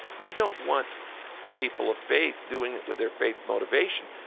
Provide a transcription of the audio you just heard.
we don't want people of faith doing it with their faith motivation,